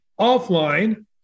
offline